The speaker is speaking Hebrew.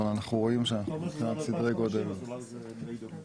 אנחנו רואים שמבחינת סדרי גודל זה דומה.